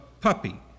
puppy